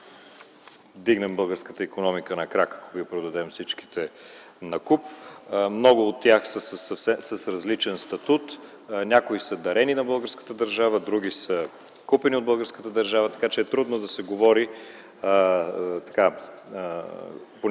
вдигнем българската икономика на крак, ако ги продадем всичките накуп. Много от тях са с различен статут. Някои от тях са дарени на българската държава, други от тях са купени от българската държава, така че е трудно да се говори по някакъв